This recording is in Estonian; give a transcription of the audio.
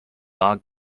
aeg